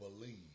believe